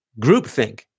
groupthink